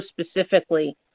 specifically